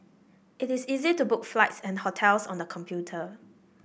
it is easy to book flights and hotels on the computer